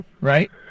right